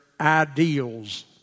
ideals